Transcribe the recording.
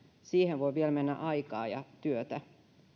siihen voi vielä mennä aikaa ja työtä